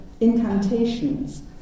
incantations